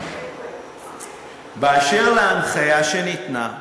אשר להנחיה שניתנה,